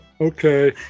okay